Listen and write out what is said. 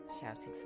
shouted